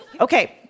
Okay